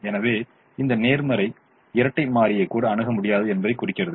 எனவே இந்த நேர்மறை இரட்டை மாறி கூட அணுக முடியாதது என்பதைக் குறிக்கிறது